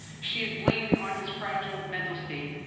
she has blamed it on his fragile mental state,